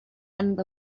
end